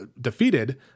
defeated